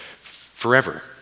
forever